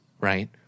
right